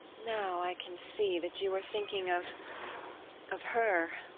now i can see that you are thinking of of her.